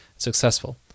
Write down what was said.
successful